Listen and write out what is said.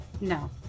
No